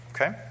Okay